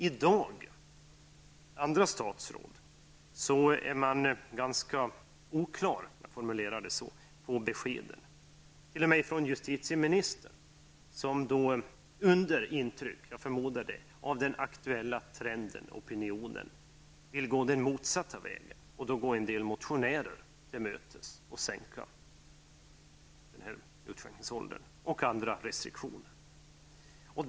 I dag är andra statsråd ganska oklara när det gäller besked. T.o.m. justitieministern -- jag förmodar under intrycket av den aktuella trenden -- opinionen -- vill gå den motsatta vägen och därmed gå en del motionärer till mötes och sänka utskänkningsåldern och lätta på andra restriktioner.